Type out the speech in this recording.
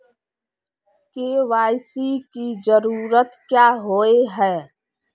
KYC की जरूरत क्याँ होय है?